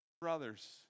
Brothers